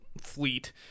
fleet